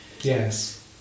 Yes